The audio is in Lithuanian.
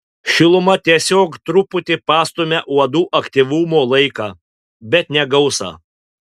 šiluma tiesiog truputį pastumia uodų aktyvumo laiką bet ne gausą